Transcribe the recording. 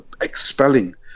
expelling